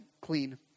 clean